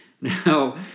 Now